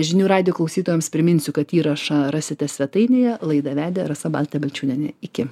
žinių radijo klausytojams priminsiu kad įrašą rasite svetainėje laidą vedė rasa baltė balčiūnienė iki